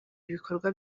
ibikorwa